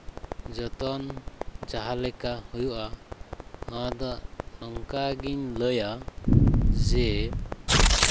ᱡᱚᱛᱚᱱ ᱡᱟᱦᱟᱸ ᱞᱮᱠᱟ ᱦᱩᱭᱩᱜᱼᱟ ᱟᱫᱚ ᱱᱚᱝᱠᱟ ᱜᱤᱧ ᱞᱟᱹᱭᱟ ᱡᱮ